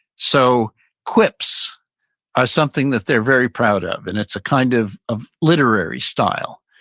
so quips as something that they're very proud of and it's a kind of of literary style.